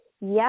yes